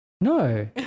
no